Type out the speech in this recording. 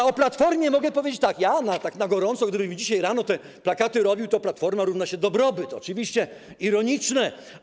A o Platformie mogę powiedzieć tak na gorąco, że gdybym dzisiaj rano te plakaty robił, to Platforma równa się dobrobyt, oczywiście ironicznie.